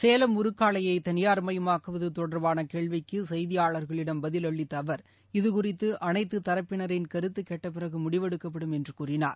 சேவம் உருக்காலையை தனியார் மயமாக்குவது தொடர்பான கேள்விக்கு செய்தியாளர்களிடம் பதிலளித்த அவர் இதுகுறித்து அனைத்து தரப்பினரின் கருத்து கேட்டபிறகு முடிவெடுக்கப்படும் என்று கூறினார்